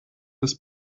des